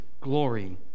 glory